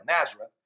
Nazareth